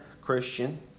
Christian